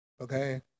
okay